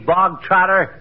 bog-trotter